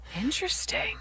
Interesting